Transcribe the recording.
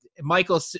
Michael